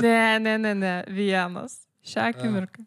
ne ne ne ne vienas šią akimirką